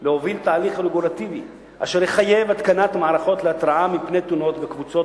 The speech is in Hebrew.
להוביל תהליך רגולטיבי אשר יחייב התקנת מערכות להתרעה מפני תאונות בקבוצות